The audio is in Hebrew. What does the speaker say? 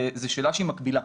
זו שאלה שהיא מקבילה.